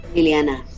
Liliana